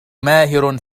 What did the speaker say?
ماهر